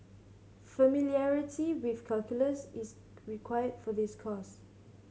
familiarity with calculus is required for this course